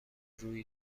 روی